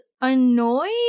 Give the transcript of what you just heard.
annoyed